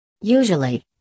Usually